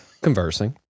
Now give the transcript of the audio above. conversing